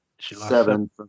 seven